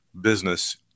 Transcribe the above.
business